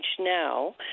now